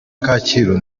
kacyiru